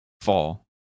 fall